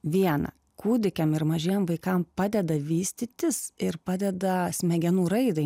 vieną kūdikiam ir mažiem vaikam padeda vystytis ir padeda smegenų raidai